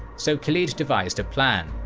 so khalid devised a plan.